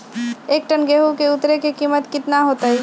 एक टन गेंहू के उतरे के कीमत कितना होतई?